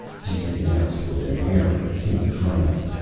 deedee announced with an air of faint triumph.